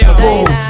boom